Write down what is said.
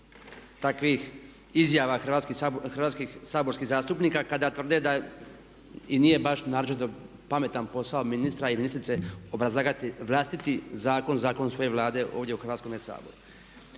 takvih izjava hrvatskih saborskih zastupnika kada tvrde da i nije baš naročito pametan posao ministra i ministrice obrazlagati vlastiti zakon, zakon svoje Vlade ovdje u Hrvatskome saboru.